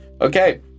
Okay